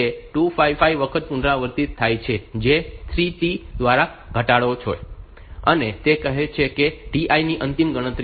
તેથી તે 255 વખત પુનરાવર્તિત થાય છે જે 3 T દ્વારા ઘટાડે છે અને તે કહે છે કે તે Tl ની અંતિમ ગણતરી માટે છે